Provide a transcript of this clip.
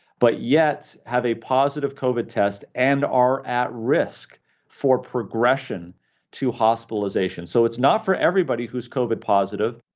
but yet have a positive covid test and are at risk for progression to hospitalization. so it's not for everybody who's covid positive,